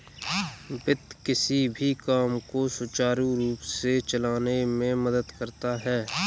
वित्त किसी भी काम को सुचारू रूप से चलाने में मदद करता है